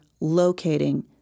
locating